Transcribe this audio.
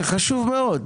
זה חשוב מאוד.